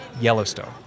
Yellowstone